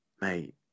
mate